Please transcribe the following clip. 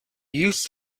used